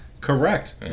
Correct